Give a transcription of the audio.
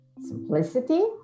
Simplicity